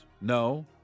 No